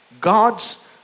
God's